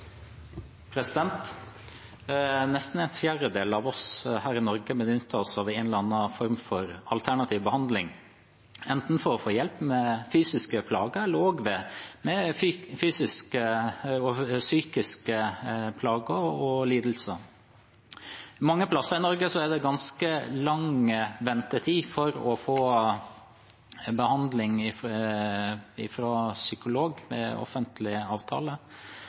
Nesten en fjerdedel av oss her i Norge benytter oss av en eller annen form for alternativ behandling for å få hjelp enten med fysiske plager eller med psykiske plager og lidelser. Mange plasser i Norge er det ganske lang ventetid for å få behandling hos psykolog med offentlig avtale,